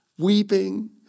Weeping